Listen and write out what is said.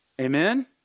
Amen